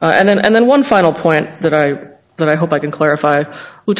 and then and then one final point that i that i hope i can clarify w